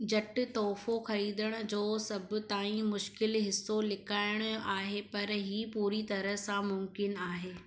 झट तोहफ़ो खरीदण जो सभु ताईं मुश्किलु हिसो लिकाइण आहे पर हीअ पूरी तरह सां मुमकिन आहे